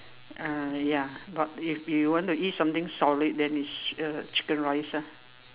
ah ya but if you want to eat something solid then it's uh chicken rice lah